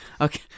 okay